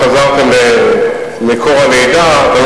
אין לי כל